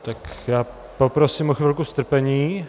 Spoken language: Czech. Tak já poprosím o chvilku strpení.